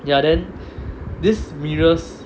ya then this mirrors